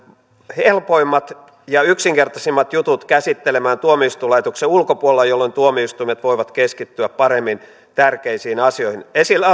helpoimmat ja yksinkertaisimmat jutut käsittelemään tuomioistuinlaitoksen ulkopuolella jolloin tuomioistuimet voivat keskittyä paremmin tärkeisiin asioihin esillä